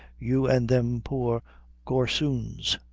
you an' them poor gorsoons.